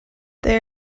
they